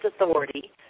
authority